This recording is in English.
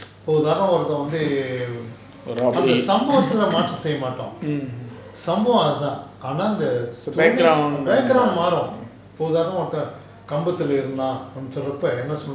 robbery mm background